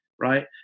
right